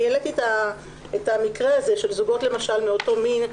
העליתי את המקרה הזה של זוגות למשל מאותו מין,